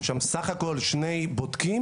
יש שם בסך הכל שני בודקים,